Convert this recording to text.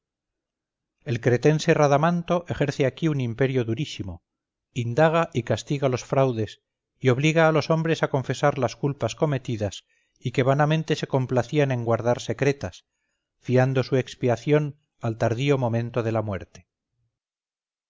el cretense radamanto ejerce aquí un imperio durísimo indaga y castiga los fraudes y obliga a los hombres a confesar las culpas cometidas y que vanamente se complacían en guardar secretas fiando su expiación al tardío momento de la muerte